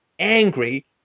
Angry